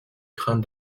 crâne